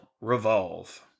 revolve